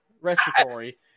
respiratory